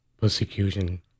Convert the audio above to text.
persecution